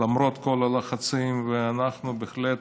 למרות כל הלחצים, ואנחנו בהחלט,